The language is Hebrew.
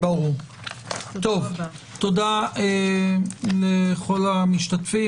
תודה לכל המשתתפים.